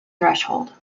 threshold